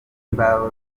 imbaho